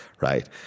Right